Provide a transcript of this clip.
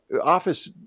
office